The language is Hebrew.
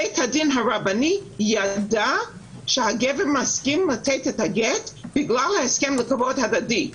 בית הדין הרבני ידע שהגבר מסכים לתת את הגט בגלל ההסכם לכבוד הדדי,